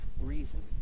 reason